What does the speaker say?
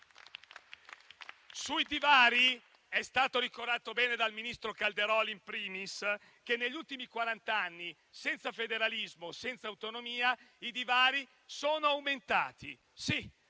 Sui divari è stato ricordato bene dal ministro Calderoli *in primis* che negli ultimi quarant'anni, senza federalismo e senza autonomia, i divari sono aumentati.